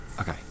Okay